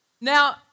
Now